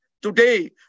Today